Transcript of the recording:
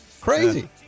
crazy